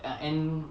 uh and